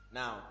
now